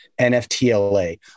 nftla